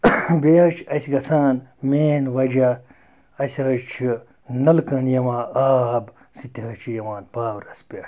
بیٚیہِ حظ چھِ اَسہِ گَژھان مین وَجہ اَسہِ حظ چھِ نَلکَن یِوان آب سُہ تہِ حظ چھِ یِوان پاورَس پٮ۪ٹھ